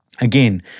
Again